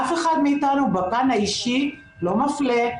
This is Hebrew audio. אף אחד מאיתנו בפן האישי לא מפלה,